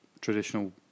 traditional